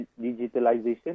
digitalization